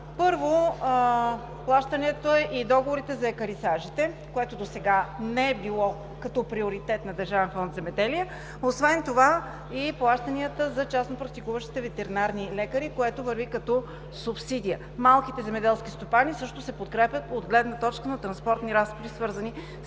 първо, плащанията и договорите за екарисажите, което досега не е било като приоритет на Държавен фонд „Земеделие“; освен това и плащанията за частно-практикуващите ветеринарни лекари, което върви като субсидия. Малките земеделски стопани също се подкрепят от гледна точка на транспортни разходи, свързани с